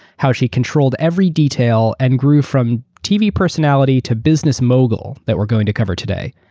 how she controlled every detail and grew from tv personality to business mogul that we're going to cover today.